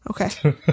Okay